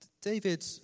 David